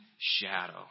shadow